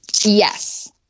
Yes